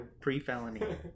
pre-felony